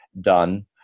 done